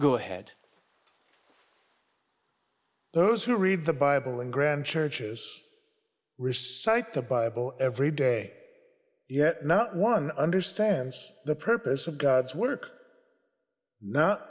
go ahead those who read the bible and graham churches recite the bible every day yet not one understands the purpose of god's work no